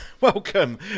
Welcome